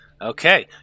Okay